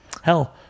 Hell